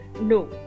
No